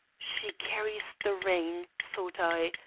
she carries the ring, thought i,